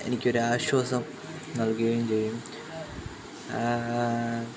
എനിക്കൊരാശ്വാസം നൽകുകേം ചെയ്യും